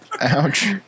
Ouch